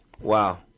Wow